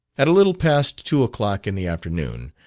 at a little past two o'clock in the afternoon,